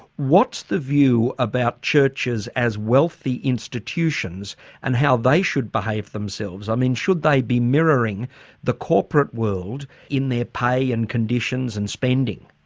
what's the view about churches as wealthy institutions and how they should behave themselves? i mean, should they be mirroring the corporate world in their pay and conditions and spending?